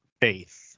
Faith